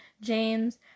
James